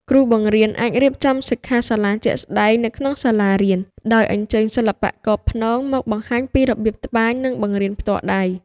គ្រូបង្រៀនអាចរៀបចំសិក្ខាសាលាជាក់ស្តែងនៅក្នុងសាលារៀន ដោយអញ្ជើញសិល្បករព្នងមកបង្ហាញពីរបៀបត្បាញនិងបង្រៀនផ្ទាល់ដៃ។